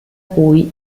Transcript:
cui